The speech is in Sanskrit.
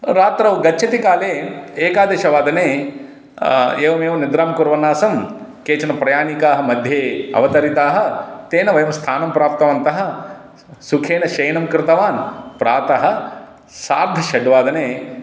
रात्रौ गच्छति काले एकादशवादने एवमेव निद्रां कुर्वन् आसम् केचन प्रयाणिकाः मध्ये अवतरिताः तेन वयं स्थानं प्राप्तवन्तः सुखेन शयनं कृतवान् प्रातः सार्धषड्वादने